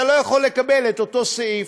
אתה לא יכול לקבל את אותו סעיף,